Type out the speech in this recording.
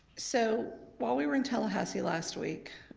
so while we were in tallahassee last week,